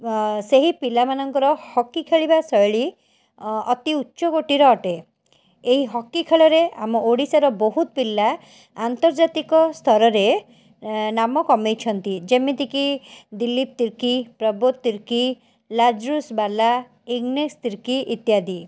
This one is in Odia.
ଆ ସେହି ପିଲାମାନଙ୍କର ହକି ଖେଳିବା ଶୈଳୀ ଅ ଅତି ଉଚ୍ଚକୋଟୀର ଅଟେ ଏହି ହକିଖେଳରେ ଆମ ଓଡ଼ିଶାର ବହୁତ ପିଲା ଆନ୍ତର୍ଜାତିକ ସ୍ତରରେ ଏଁ ନାମ କମାଇଛନ୍ତି ଯେମିତିକି ଦିଲ୍ଲୀପ ତିର୍କି ପ୍ରବୋଦ ତିର୍କି ଲାଜୁସ ବାଲା ଇଗନେଶ ତିର୍କି ଇତ୍ୟାଦି